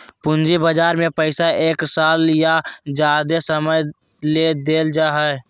पूंजी बजार में पैसा एक साल या ज्यादे समय ले देल जाय हइ